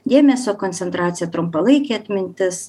dėmesio koncentracija trumpalaikė atmintis